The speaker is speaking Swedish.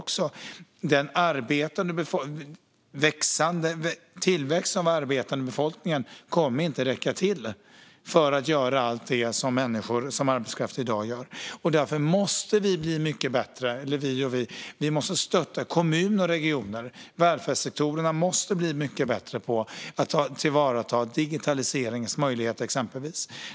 Tillväxten av den arbetande delen av befolkningen kommer inte att räcka till för att göra allt det som arbetskraft i form av människor i dag gör. Därför måste vi stötta kommunerna och regionerna, för välfärdssektorn måste bli mycket bättre på att tillvarata exempelvis digitaliseringens möjligheter.